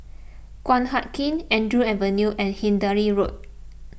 Guan Huat Kiln Andrews Avenue and Hindhede Road